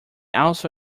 also